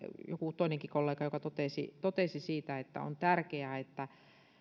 joku toinenkin kollega joka totesi totesi siitä että tämä on tärkeää että